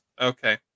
Okay